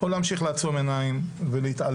או להמשיך לעצום עיניים ולהתעלם,